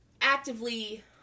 actively